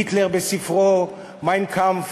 היטלר בספרו "מיין קאמפף",